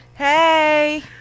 Hey